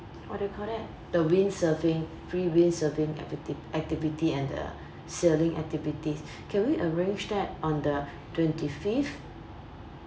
what do you call that the windsurfing free windsurfing activi~ activity and the sailing activities can we arrange that on the twenty fifth